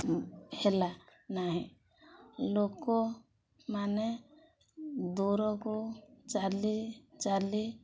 ହେଲା ନାହିଁ ଲୋକମାନେ ଦୂରକୁ ଚାଲି ଚାଲି